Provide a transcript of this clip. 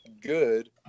good